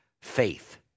faith